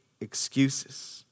excuses